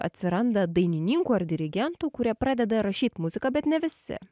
atsiranda dainininkų ar dirigentų kurie pradeda rašyt muziką bet ne visi